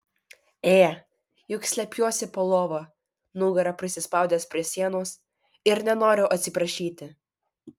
ė juk slepiuosi po lova nugara prisispaudęs prie sienos ir nenoriu atsiprašyti